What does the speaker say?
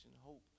hope